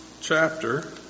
chapter